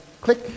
click